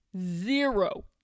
Zero